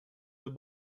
deux